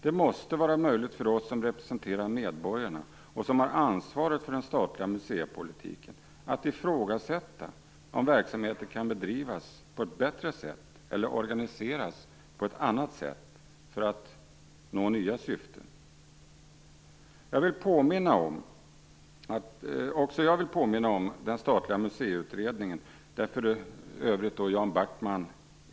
Det måste vara möjligt för oss som representerar medborgarna, och som har ansvaret för den statliga museipolitiken, att ställa frågan om verksamheten kan bedrivas på ett bättre sätt eller organiseras på ett annat sätt för att nå nya syften. Också jag vill påminna om den statliga museiutredningen. I den ingick för övrigt Jan Backman.